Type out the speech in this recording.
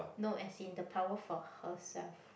no as in the power for herself